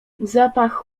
zapach